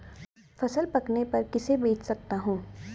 फसल पकने पर किसे बेच सकता हूँ?